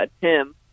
Tim